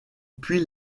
puy